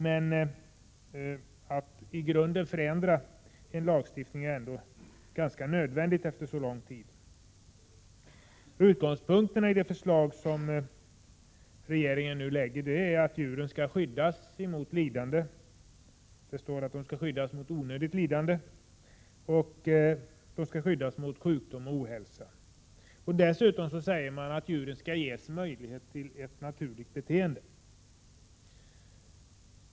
Men det är nödvändigt att i grunden förändra en lagstiftning efter så lång tid. Utgångspunkterna i det förslag som regeringen nu lägger fram är att djuren skall skyddas mot lidande. Det står i förslaget att de skall skyddas mot onödigt lidande, sjukdom och ohälsa. Dessutom sägs att djuren skall ges möjlighet till ett naturligt beteende.